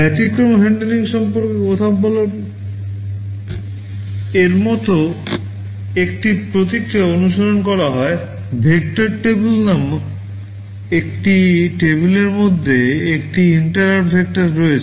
ব্যতিক্রম হ্যান্ডলিং সম্পর্কে কথা বলা এর মতো একটি প্রক্রিয়া অনুসরণ করা হয় ভেক্টর টেবিল নামক একটি টেবিলের মধ্যে একটি INTERRUPT ভেক্টর রয়েছে